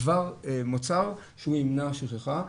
כבר מוצר שהוא ימנע שכחה,